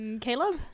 Caleb